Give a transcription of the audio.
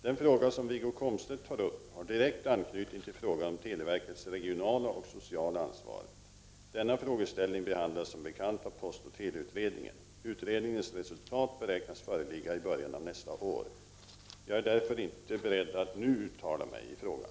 Den fråga som Wiggo Komstedt tar upp har direkt anknytning till frågan om televerkets regionala och sociala ansvar. Denna frågeställning behandlas som bekant av postoch teleutredningen. Utredningens resultat beräknas föreligga i början av nästa år. Jag är därför inte beredd att nu uttala mig i frågan.